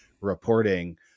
reporting